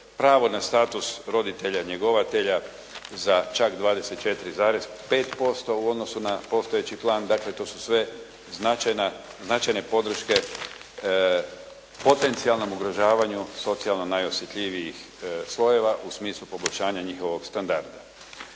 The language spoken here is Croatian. pravo na status roditelja njegovatelja za čak 24,5% u odnosu na postojeći plan. Dakle to su sve značajnije podrške potencijalnom ugrožavanju socijalno najosjetljivijih slojeva u smislu pogoršanja njihovog standarda.